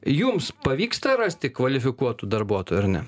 jums pavyksta rasti kvalifikuotų darbuotojų ar ne